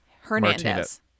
Hernandez